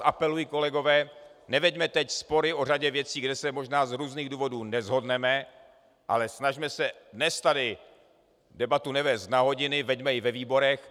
Apeluji na vás, kolegové, neveďme teď spory o řadě věcí, kde se možná z různých důvodů neshodneme, ale snažme se dnes tady debatu nevést na hodiny, veďme ji ve výborech.